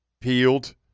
peeled